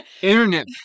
Internet